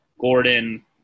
Gordon